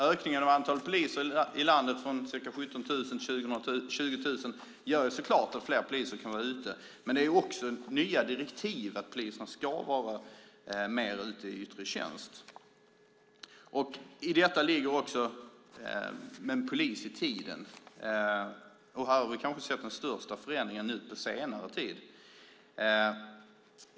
Ökningen av antalet poliser i landet från ca 17 000 till 20 000 gör ju att fler poliser kan vara ute, men det finns också nya direktiv om att polisen ska vara mer ute i yttre tjänst. I detta ligger också en polis i tiden, och här har vi kanske sett den största förändringen nu på senare tid.